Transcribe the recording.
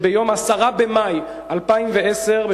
שביום 10 במאי 2010,